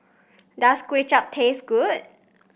does Kuay Chap taste good